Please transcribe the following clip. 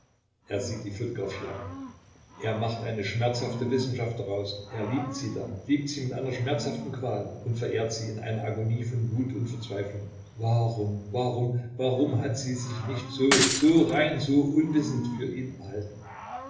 er sieht die photographie an er macht eine schmerzhafte wissenschaft daraus er liebt sie da liebt sie mit einer schmerzhaften qual er verehrt sie in einer agonie von wut und verzweiflung warum warum warum hat sie sich nicht so so rein so unwissend für ihn erhalten